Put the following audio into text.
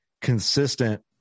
consistent